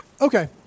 Okay